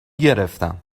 گرفتم